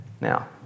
Now